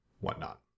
whatnot